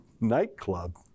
nightclub